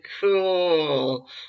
cool